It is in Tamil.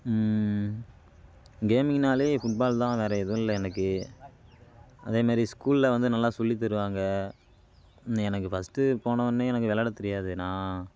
கேமிங்னாலே ஃபுட்பால் தான் வேற எதுவும் இல்லை எனக்கு அதேமாரி ஸ்கூலில் வந்து நல்லா சொல்லி தருவாங்க எனக்கு ஃபஸ்ட்டு போனோன்னையே எனக்கு விளாட தெரியாது நான்